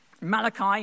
Malachi